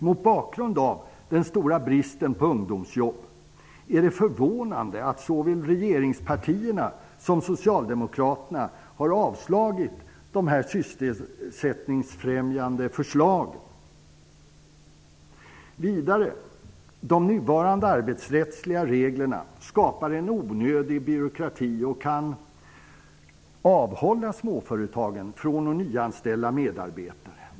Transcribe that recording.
Mot bakgrund av den stora bristen på ungdomsjobb är det förvånande att såväl regeringspartierna som Socialdemokraterna har avslagit dessa sysselsättningsfrämjande förslag. Vidare skapar de nuvarande arbetsrättsliga reglerna en onödig byråkrati, och de kan avhålla småföretag från att nyanställa medarbetare.